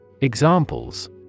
Examples